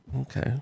Okay